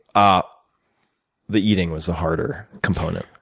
ah the eating was the harder component.